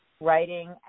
writing